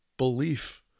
belief